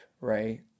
right